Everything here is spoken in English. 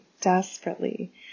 desperately